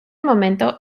momento